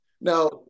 Now